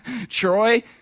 Troy